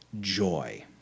joy